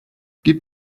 give